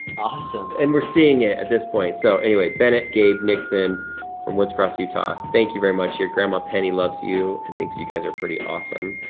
awesome. and we're seeing it at this point. so, anyway bennett, gabe, nixon from woods cross, utah, thank you very much, your grandma penny loves you and thinks you guys are pretty awesome.